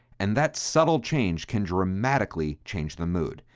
and that subtle change can dramatically change the mood.